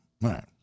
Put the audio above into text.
Right